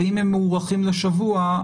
ואם הם מוארכים לשבוע,